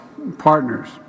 partners